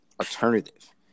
alternative